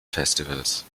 festivals